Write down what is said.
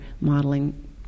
modeling